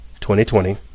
2020